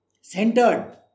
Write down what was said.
Centered